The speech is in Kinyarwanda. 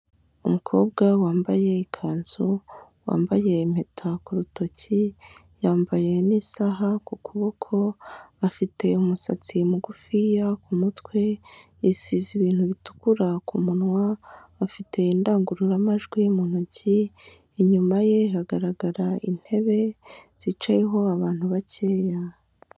Umukobwa wambaye ikanzu, wambaye impeta ku rutoki, yambaye n'isaha ku kuboko, afite umusatsi mugufiya ku mutwe, yisize ibintu bitukura ku munwa, afite indangururamajwi mu ntoki, inyuma ye hagaragara intebe zicayeho abantu bakeya.